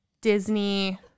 Disney